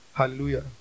hallelujah